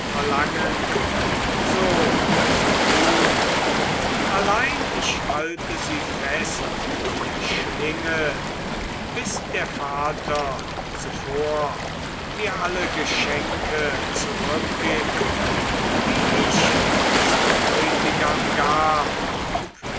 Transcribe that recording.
verlangen so zu ruhn allein ich halte sie fest in der schlinge bis der vater zuvor mir alle geschenke zurückgibt die ich als bräutigam gab